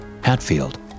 Hatfield